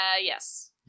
yes